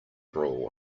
brawl